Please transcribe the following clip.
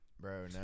Bro